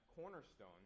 cornerstone